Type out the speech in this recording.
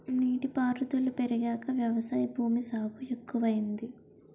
నీటి పారుదుల పెరిగాక వ్యవసాయ భూమి సాగు ఎక్కువయింది